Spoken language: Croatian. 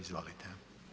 Izvolite.